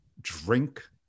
drink